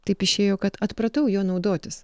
taip išėjo kad atpratau juo naudotis